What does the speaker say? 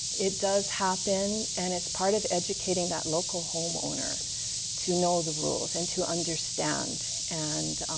it does happen and it's part of educating that local homeowner to know the rules and to understand and